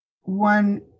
one